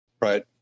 Right